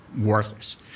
worthless